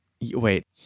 Wait